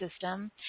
system